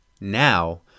now